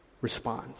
respond